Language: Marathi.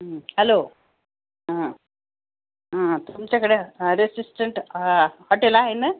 हॅलो हा हा तुमच्याकडे रेसिस्टंट हॉटेल आहे ना